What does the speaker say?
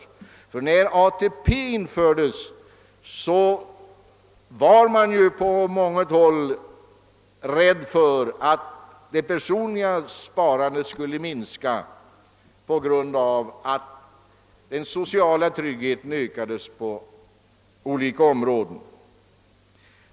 I samband med att ATP infördes var man ju på månget håll rädd för att det personliga sparandet skulle minska när den sociala tryggheten ökades på olika områden.